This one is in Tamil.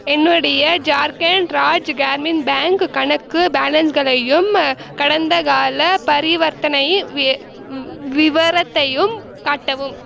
என்னுடைய ஜார்க்கண்ட் ராஜ் கிராமின் பேங்க் கணக்கு பேலன்ஸ்களையும் கடந்தகால பரிவர்த்தனை விவரத்தையும் காட்டவும்